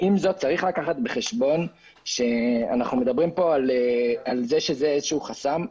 עם זאת צריך לקחת בחשבון שאנחנו מדברים על כך שזה איזשהו חסם.